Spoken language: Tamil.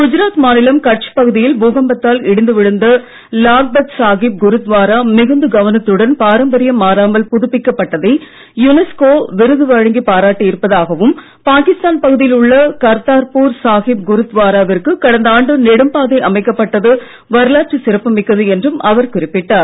குஜராத் மாநிலம் கட்ச் பகுதியில் பூகம்பத்தால் இடிந்து விழுந்த லாக்பத் சாகிப் குருத்வாரா மிகுந்த கவனத்துடன் பாரம்பரியம் மாறாமல் புதுப்பிக்கப்பட்டதை யுனெஸ்கோ விருது வழங்கி பாராட்டி இருப்பதாகவும் பாகிஸ்தான் பகுதியில் உள்ள கர்த்தார்பூர் சாகிப் குருத்வாராவிற்கு கடந்த ஆண்டு நெடும்பாதை அமைக்கப்பட்டது வரலாற்று சிறப்பு மிக்கது என்றும் அவர் குறிப்பிட்டார்